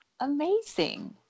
amazing